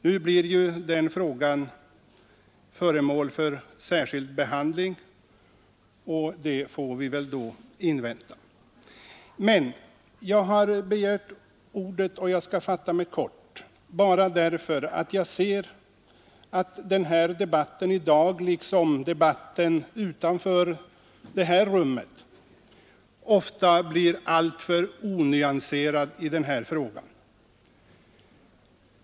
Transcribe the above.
Nu blir den frågan föremål för särskild behandling, och vi får väl invänta denna. Men jag har begärt ordet — och jag skall fatta mig kort — bara därför att jag finner att debatten i denna fråga här i dag, liksom fallet ofta är med debatten utanför det här rummet, blir alltför onyanserad.